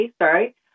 sorry